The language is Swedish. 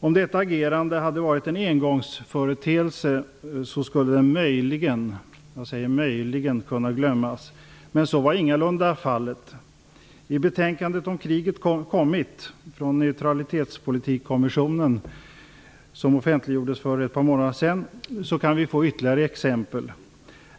Om detta agerande hade varit en engångsföreteelse, skulle det möjligen kunna glömmas, men så var ingalunda fallet. I Neutralitetspolitikkommissionen, som offentliggjordes för ett par månader sedan, finns ytterligare exempel.